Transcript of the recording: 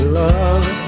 love